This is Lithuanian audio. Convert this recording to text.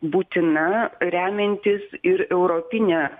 būtina remiantis ir europine